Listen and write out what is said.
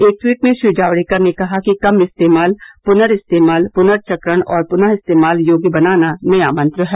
एक ट्वीट में श्री जावडेकर ने कहा कि कम इस्तेमाल पुर्न इस्तेमाल पुर्नचक्रण और पुर्न इस्तेमाल योग्य बनाना नया मंत्र है